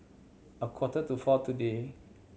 a quarter to four today